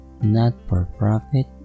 not-for-profit